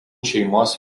šeimos